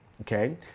okay